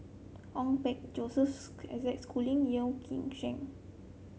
Ong Peng Joseph Isaac Schooling Yeoh Ghim Seng